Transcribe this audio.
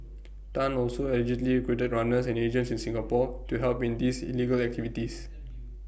Tan also allegedly recruited runners and agents in Singapore to help in these illegal activities